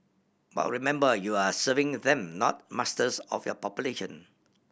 but remember you are serving them not masters of your population